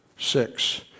Six